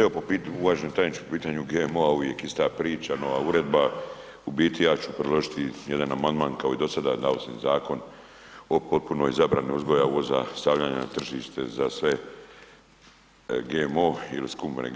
Evo po pitanju, uvaženi tajniče po pitanju GMO-a uvijek ista priča, nova uredba, u biti ja ću predložiti jedan amandman kao i do sada dao sam i Zakon o potpunoj zabrani uzgoja uvoza i stavljanja na tržište za sve GMO ili skupine